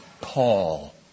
Paul